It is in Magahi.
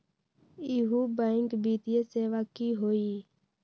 इहु बैंक वित्तीय सेवा की होई?